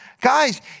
Guys